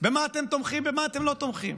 במה אתם תומכים ובמה אתם לא תומכים.